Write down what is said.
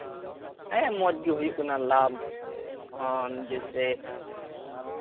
ᱦᱮᱸ ᱢᱚᱡᱽ ᱜᱮ ᱦᱩᱭᱩᱜ ᱠᱟᱱᱟ ᱞᱟᱵᱷ ᱦᱚᱸ ᱡᱮᱥᱮ